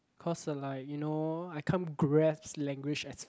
cause uh like you know I can't grasp language as